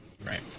Right